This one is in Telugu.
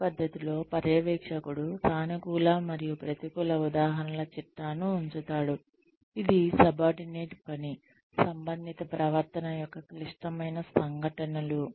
ఈ పద్ధతిలో పర్యవేక్షకుడు సానుకూల మరియు ప్రతికూల ఉదాహరణల చిట్టాను ఉంచుతాడు ఇది సబార్డినేట్ పని సంబంధిత ప్రవర్తన యొక్క క్లిష్టమైన సంఘటనలు